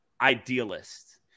idealists